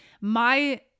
My-